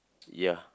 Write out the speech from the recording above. ya